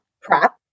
prep